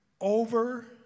Over